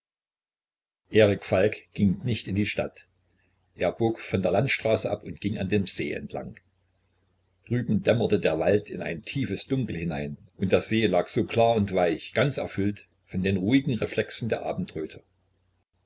erik falk ging nicht in die stadt er bog von der landstraße ab und ging an dem see entlang drüben dämmerte der wald in ein tiefes dunkel hinein und der see lag so klar und weich ganz erfüllt von den ruhigen reflexen der abendröte